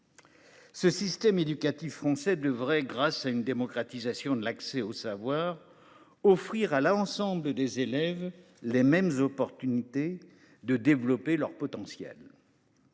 Le système éducatif français devrait, par une démocratisation de l’accès aux savoirs, offrir à l’ensemble des élèves les mêmes chances de développer leur potentiel.